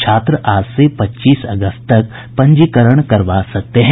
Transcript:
छात्र आज से पच्चीस अगस्त तक पंजीकरण करवा सकते हैं